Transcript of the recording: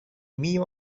mio